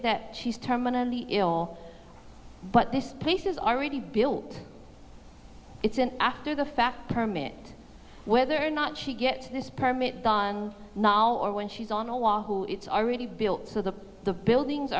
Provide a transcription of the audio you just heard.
that she's terminally ill but this place is already built it's an after the fact permit whether or not she gets this permit done now or when she's on oahu it's already built so that the buildings